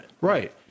Right